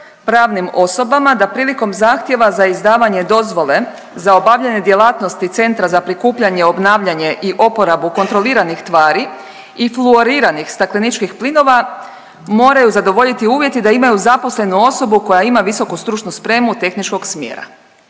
pravnim osobama da prilikom zahtjeva za izdavanje dozvole za obavljanje djelatnosti centra za prikupljanje, obnavljanje i oporabu kontroliranih tvari i fluoriranih stakleničkih plinova, moraju zadovoljiti uvjeti da imaju zaposlenu osobu koja ima visoku stručnu spremu tehničkog smjera.